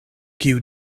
kiu